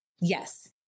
Yes